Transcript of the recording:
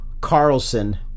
carlson